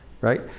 right